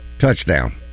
touchdown